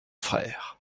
frère